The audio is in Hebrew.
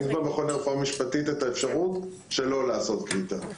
אין למכון לרפואה משפטית את האפשרות של לא לעשות כריתה.